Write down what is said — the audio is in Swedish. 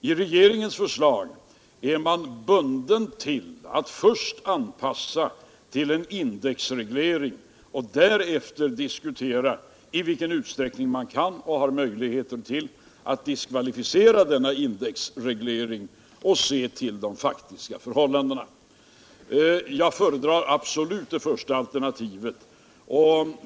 I regeringens förslag är man bunden till att först anpassa skattepolitiken till en indexreglering och därefter diskutera i vilken utsträckning man har möjlighet att diskvalificera denna indexreglering och se till de faktiska förhållandena. Jag föredrar absolut det första alternativet.